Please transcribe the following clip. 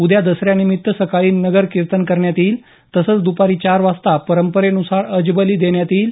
उद्या दसऱ्यानिमित्त सकाळी नगरकीर्तन करण्यात येईल तर दुपारी चार वाजता परंपरेनुसार अजबली देण्यात येईल